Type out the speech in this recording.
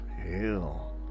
Hell